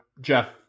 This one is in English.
jeff